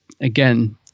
again